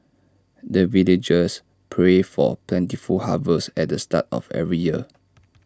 the villagers pray for plentiful harvest at the start of every year